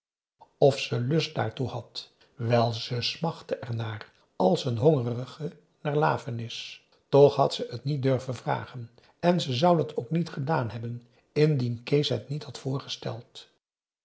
of ze lust daartoe had wel ze smachtte er naar als een hongerige naar lafenis toch had ze het niet durven vragen en ze zou dat ook niet gedaan hebben indien kees het niet had voorgesteld